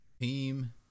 Team –